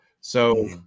So-